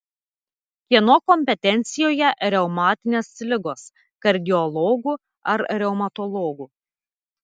kieno kompetencijoje reumatinės ligos kardiologų ar reumatologų